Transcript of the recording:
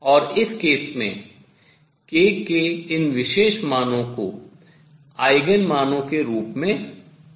और इस केस में k के इन विशेष मानों को आयगेन मानों के रूप में जाना जाता है